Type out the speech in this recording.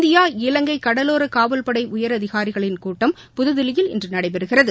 India Ilangai கடலோரக் காவல்படை உயரதிகாரிகளின் கூட்டம் புதுதில்லியில் இன்று நடைபெறுகிறது